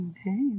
Okay